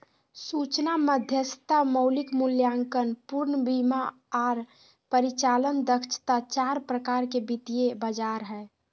सूचना मध्यस्थता, मौलिक मूल्यांकन, पूर्ण बीमा आर परिचालन दक्षता चार प्रकार के वित्तीय बाजार हय